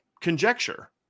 conjecture